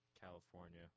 California